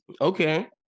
Okay